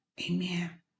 Amen